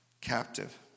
captive